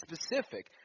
specific